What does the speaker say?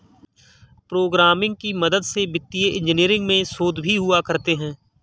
programming की मदद से वित्तीय इन्जीनियरिंग में शोध भी हुआ करते हैं